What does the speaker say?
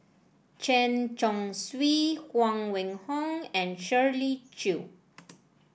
Chen Chong Swee Huang Wenhong and Shirley Chew